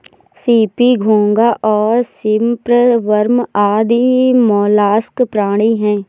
CP, घोंगा और shrimp worm आदि मौलास्क प्राणी हैं